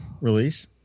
release